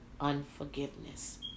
unforgiveness